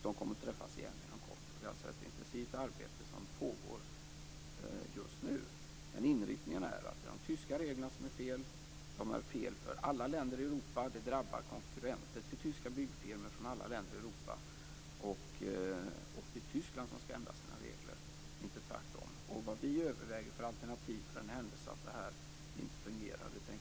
De kommer att träffas igen inom kort. Det är ett intensivt arbete som pågår just nu. Inriktningen är att det är de tyska reglerna som är fel. De är fel för alla länder i Europa. De drabbar konkurrenter till tyska byggfirmor från alla länder i Europa. Det är Tyskland som skall ändra sina regler, inte tvärtom. Vilka alternativ vi överväger i den händelse detta inte fungerar tänker jag inte resonera om här.